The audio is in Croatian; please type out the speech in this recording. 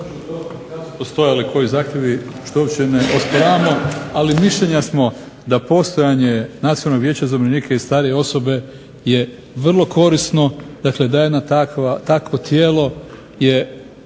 kad su postojali koji zahtjevi što uopće ne osporavamo, ali mišljenja smo da postojanje Nacionalnog vijeća za umirovljenike i starije osobe je vrlo korisno. Dakle, da jedno takvo tijelo je